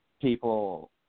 people